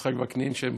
יצחק וקנין, שהם